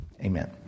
amen